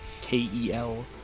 K-E-L